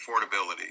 affordability